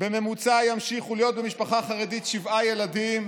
בממוצע ימשיכו להיות במשפחה חרדית שבעה ילדים,